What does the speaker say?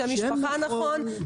שם משפחה נכון,